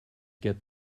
get